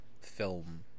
film